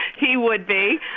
he would be.